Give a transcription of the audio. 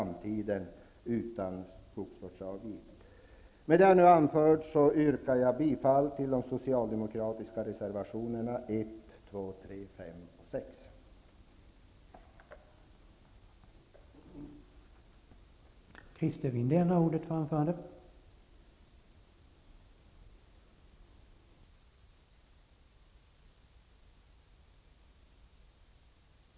Med vad jag anfört yrkar jag bifall till de socialdemokratiska reservationerna 1, 2, 3, 5 och 6.